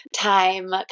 time